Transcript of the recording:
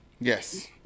yes